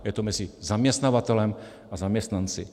Je to mezi zaměstnavatelem a zaměstnanci.